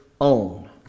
own